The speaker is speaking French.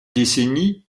décennie